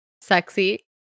sexy